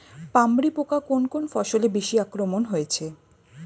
পামরি পোকা কোন ফসলে বেশি আক্রমণ হয়েছে?